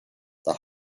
the